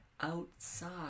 outside